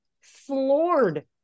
floored